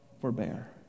forbear